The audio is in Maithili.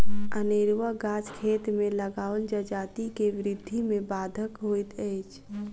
अनेरूआ गाछ खेत मे लगाओल जजाति के वृद्धि मे बाधक होइत अछि